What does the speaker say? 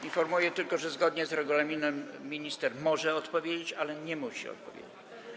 Informuję tylko, że zgodnie z regulaminem minister może odpowiedzieć, ale nie musi odpowiedzieć.